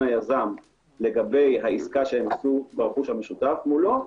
היזם לגבי העסקה שעשו ברכוש המשותף מולו,